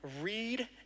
read